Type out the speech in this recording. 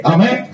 Amen